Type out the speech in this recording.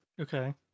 Okay